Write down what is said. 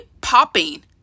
popping